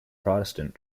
protestant